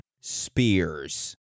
Spears